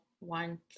want